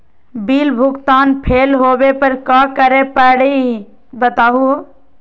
Bill भुगतान fail होवे पर का करै परही, बताहु हो?